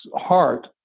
heart